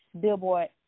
billboard